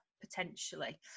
potentially